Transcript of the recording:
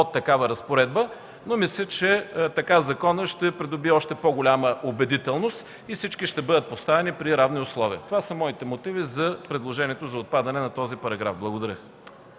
от такава разпоредба. Мисля обаче, че така законът ще придобие още по-голяма убедителност и всички ще бъдат поставени при равни условия. Това са моите мотиви за отпадане на този параграф. Благодаря.